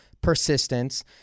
persistence